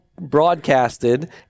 broadcasted